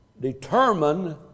determine